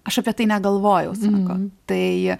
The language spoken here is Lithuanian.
aš apie tai negalvojau sako tai